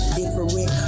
different